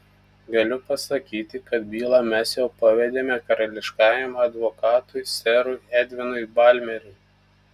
galiu pasakyti kad bylą mes jau pavedėme karališkajam advokatui serui edvinui balmeriui